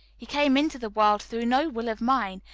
he came into the world through no will of mine,